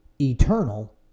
eternal